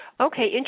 okay